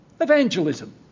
Evangelism